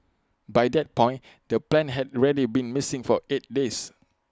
by that point the plane had ready been missing for eight days